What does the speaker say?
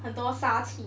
很多杀气